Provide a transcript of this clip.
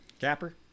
Capper